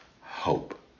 hope